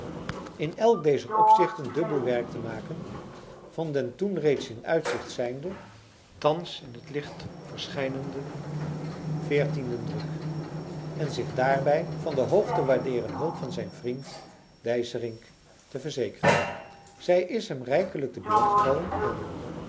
in elk dezer opzichten dubbel werk te maken van den toen reeds in uitzicht zijnden thans in t licht verschijnenden veertienden druk en zich daarbij van de hoog te waardeeren hulp van zijn vriend dyserinck te verzekeren zij is hem rijkelijk te beurt gevallen en